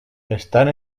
estan